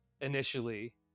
initially